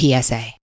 PSA